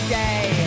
day